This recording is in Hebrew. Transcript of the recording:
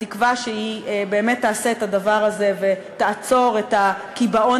בתקווה שהיא באמת תעשה את הדבר הזה ותעצור את הקיבעון